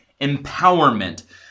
empowerment